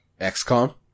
XCOM